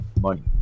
Money